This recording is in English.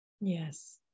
Yes